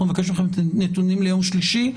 אנחנו נבקש מכם נתונים ליום שלישי.